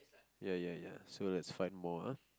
ya ya ya so lets find more ah